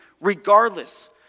Regardless